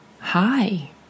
Hi